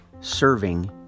serving